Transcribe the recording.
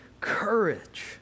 courage